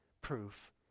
proof